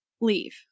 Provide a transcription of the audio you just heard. leave